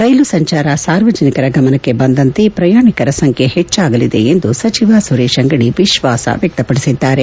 ರೈಲು ಸಂಚಾರ ಸಾರ್ವಜನಿಕರ ಗಮನಕ್ಕೆ ಬಂದಂತೆ ಪ್ರಯಾಣಿಕರ ಸಂಖ್ಯೆ ಹೆಚ್ಚಾಗಲಿದೆ ಎಂದು ಸಚಿವ ಸುರೇಶ ಅಂಗಡಿ ವಿಶ್ವಾಸ ವ್ಯಕ್ತಪಡಿಸಿದ್ದಾರೆ